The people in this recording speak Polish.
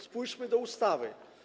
Spójrzmy do ustawy.